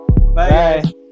Bye